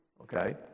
okay